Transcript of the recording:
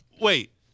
Wait